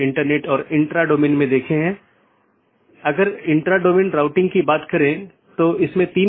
interior gateway protocol में router को एक ऑटॉनमस सिस्टम के भीतर जानकारी का आदान प्रदान करने की अनुमति होती है